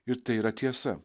ir tai yra tiesa